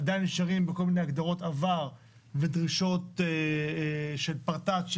עדין יש כל מיני הגדרות עבר ודרישות של פרטאץ'